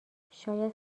شاید